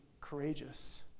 courageous